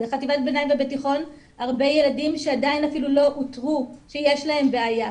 ובתיכון הרבה ילדים שעדיין אפילו לא אותרו שיש להם בעיה,